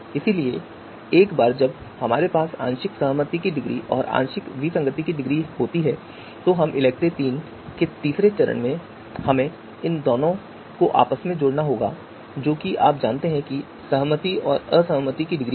इसलिए एक बार जब हमारे पास आंशिक सहमति की डिग्री और आंशिक विसंगति की डिग्री होती है तो अब ELECTRE III के तीसरे चरण में हमें इन दोनों को आपस में जोड़ना होगा जो कि आप जानते हैं कि सहमति और विसंगति की डिग्री है